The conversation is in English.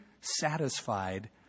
satisfied